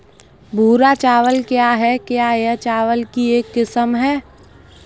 भूरा चावल क्या है? क्या यह चावल की एक किस्म है?